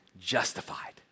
justified